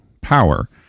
power